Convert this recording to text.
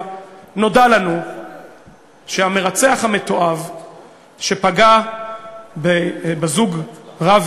נודע לנו שהמרצח המתועב שפגע בזוג ריוה